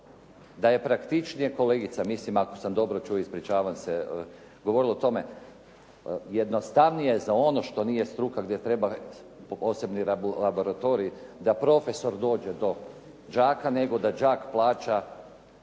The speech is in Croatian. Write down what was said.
da je praktičnije, kolegica ako sam dobro čuo ispričavam se, govorila o tome jednostavnije je za ono što nije struka gdje treba posebni laboratorij da profesor dođe do đaka, nego da đak plaća